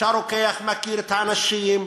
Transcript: והרוקח מכיר את האנשים,